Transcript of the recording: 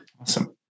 Awesome